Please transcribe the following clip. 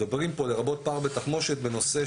מדברים פה - לרבות פער בתחמושת בנושא